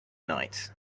night